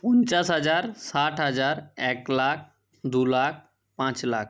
পঞ্চাশ হাজার ষাট হাজার এক লাখ দু লাখ পাঁচ লাখ